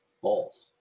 False